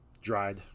dried